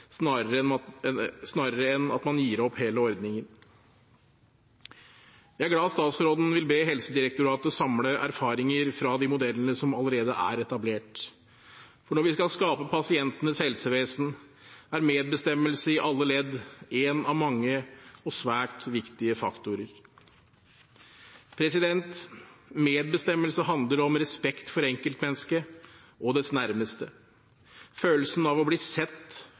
snarere enn at man gir opp hele ordningen. Jeg er glad for at statsråden vil be Helsedirektoratet samle erfaringer fra de modellene som allerede er etablert – for når vi skal skape pasientens helsevesen, er medbestemmelse i alle ledd én av mange og svært viktige faktorer. Medbestemmelse handler om respekt for enkeltmennesket og dets nærmeste. Følelsen av å bli sett,